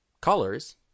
colors